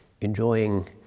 enjoying